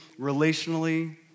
relationally